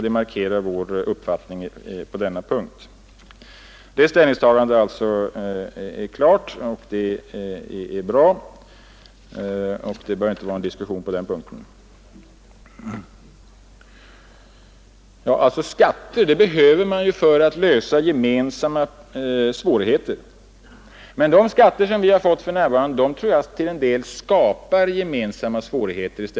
Det markerar vår uppfattning på denna punkt. Skatter behövs för att lösa gemensamma svårigheter, men de skatter vi har för närvarande skapar gemensamma svårigheter.